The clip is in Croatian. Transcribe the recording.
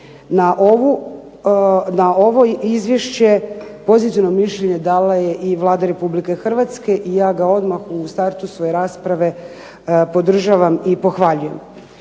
Na ovo izvješće pozitivno mišljenje dala je i Vlada Republike Hrvatske i ja ga odmah u startu svoje rasprave podržavam i pohvaljujem.